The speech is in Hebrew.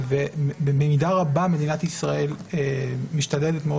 ובמידה רבה מדינת ישראל משתדלת מאוד